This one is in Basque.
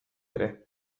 ere